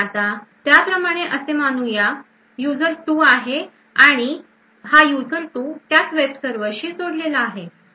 आता त्याप्रमाणे असे मानू या युजर टू आहे आणि हा यूजर टू त्याचं वेब सर्वरशी जोडलेला आहे